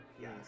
Yes